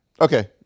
okay